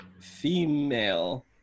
female